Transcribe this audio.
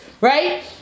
right